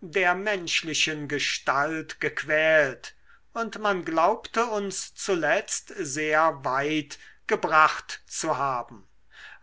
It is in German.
der menschlichen gestalt gequält und man glaubte uns zuletzt sehr weit gebracht zu haben